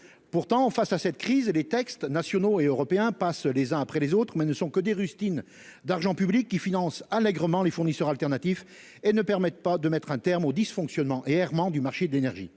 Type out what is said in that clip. Face à cette crise, les textes, nationaux et européens, passent les uns après les autres, mais ce ne sont que des rustines d'argent public qui financent allégrement les fournisseurs alternatifs et ne permettent pas de mettre un terme aux dysfonctionnements et errements du marché de l'énergie.